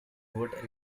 wood